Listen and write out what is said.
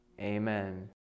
amen